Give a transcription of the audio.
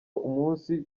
umunsi